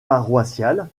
paroissial